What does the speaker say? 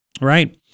right